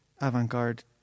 avant-garde